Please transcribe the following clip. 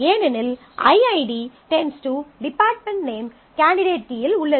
ஏனெனில் i ID→ department name candidate கீயில் உள்ளது